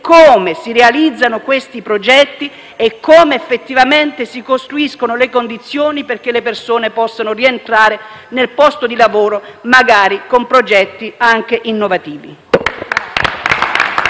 come si realizzano questi progetti e come effettivamente si costruiscono le condizioni perché le persone possano rientrare nel posto di lavoro, magari con progetti anche innovativi?